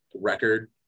record